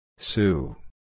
Sue